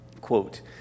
quote